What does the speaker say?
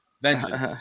Vengeance